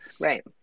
Right